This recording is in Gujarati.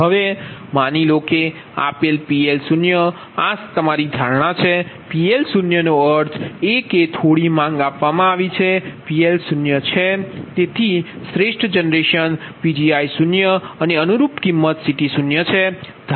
હવે માની લો કે આપેલ PL0 આ તમારી ધારણા છે PL0 નો અર્થ એ કે થોડી માંગ આપવામાં આવી છે PL0છે તેથી શ્રેષ્ઠ જનરેશન Pgi0અને અનુરૂપ કિંમત CT0 છે